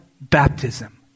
baptism